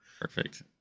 Perfect